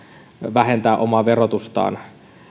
vähentää omaa verotustaan